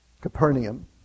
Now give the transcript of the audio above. Capernaum